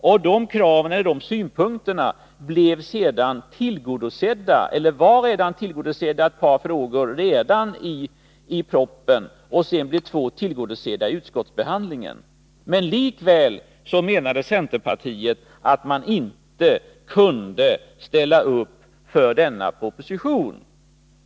Ett par av dessa krav var tillgodosedda redan i propositionen, varefter två blev tillgodosedda i utskottsbehandlingen. Men likväl menade centerpartiet att man inte kunde ställa upp för denna proposition.